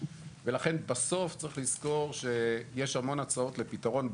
ולכן בסוף צריך לזכור שיש המון הצעות לפתרון.